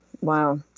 Wow